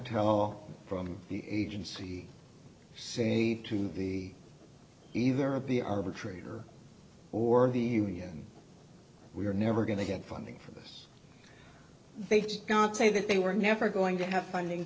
tell from the agency say to the either of the arbitrator or the union we are never going to get funding for this they did say that they were never going to have funding